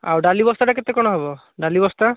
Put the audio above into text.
ଆଉ ଡାଲି ବସ୍ତାଟା କେତେ କ'ଣ ହେବ ଡାଲି ବସ୍ତା